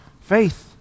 faith